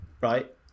Right